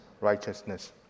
righteousness